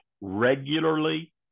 regularly